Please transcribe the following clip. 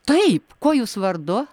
taip kuo jūs vardu